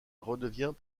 redevient